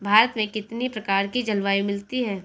भारत में कितनी प्रकार की जलवायु मिलती है?